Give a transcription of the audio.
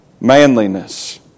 manliness